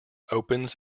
opens